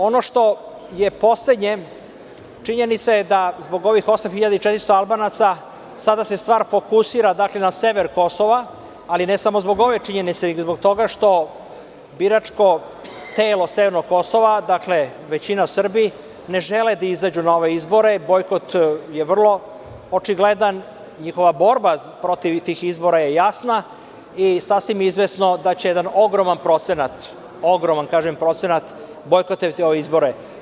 Ono što je poslednje, činjenica je da zbog ovih 8.400 Albanaca sada se stvar fokusira, dakle na sever Kosova, ali ne samo zbog ove činjenice, već zbog toga što biračko telo severnog Kosova, većinom Srbi, ne žele da izađu na ove izbore, bojkot je vrlo očigledan, njihova borba protiv tih izbora je jasna i sasvim je izvesno da će jedan ogroman procenat bojkotovati ove izbore.